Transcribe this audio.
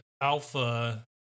Alpha